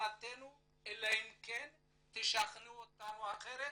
להבנתנו זו המציאות, אלא אם תשכנעו אותנו אחרת.